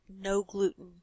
no-gluten